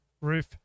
Roof